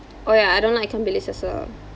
oh ya I don't like ikan bilis as well